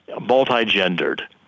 multi-gendered